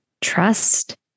trust